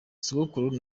sogokuru